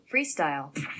Freestyle